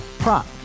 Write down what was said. Prop